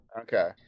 Okay